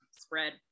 spread